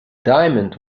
diamond